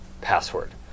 password